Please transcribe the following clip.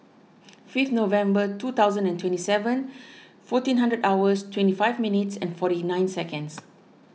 fifth November two thousand and twenty seven fourteen hours twenty five minutes and forty nine seconds